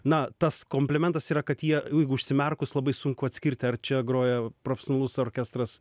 na tas komplimentas yra kad jie užsimerkus labai sunku atskirti ar čia groja profesionalus orkestras